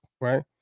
right